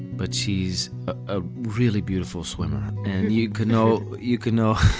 but she's a really beautiful swimmer. and you can know, you can know,